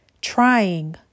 trying